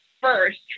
first